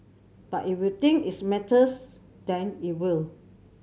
but if you think its matters then it will